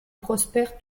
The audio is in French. prospère